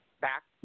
back